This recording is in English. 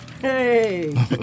Hey